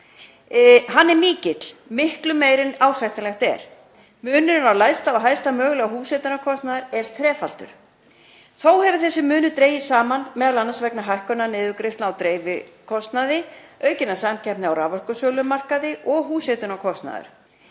Hann er mikill, miklu meiri en ásættanlegt er. Munurinn á lægsta og hæsta mögulega húshitunarkostnaði er þrefaldur. Þó hefur þessi munur dregist saman, m.a. vegna hækkunar niðurgreiðslna á dreifikostnaði, aukinnar samkeppni á raforkusölumarkaði og húshitunarkostnaður